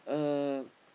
uh